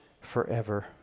forever